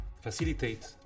facilitate